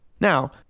Now